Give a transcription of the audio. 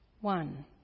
one